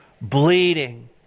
bleeding